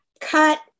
cut